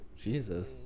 Jesus